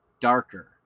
darker